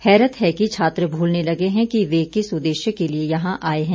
हैरत है कि छात्र मूलने लगे हैं कि वे किस उददेश्य के लिए यहां आए हैं